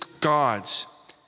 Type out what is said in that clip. gods